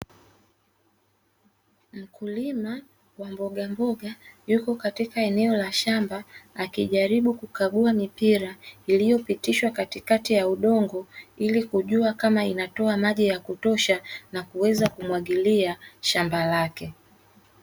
Mkulima wa mboga mboga yuko katika eneo la shamba akijaribu kukagua mipira iliyopitishwa katikati ya udongo ili kujua kama inatoa maji ya kutosha na kuweza kumwagilia shamba lake.